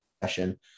session